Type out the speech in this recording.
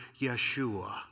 Yeshua